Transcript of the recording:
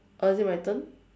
oh is it my turn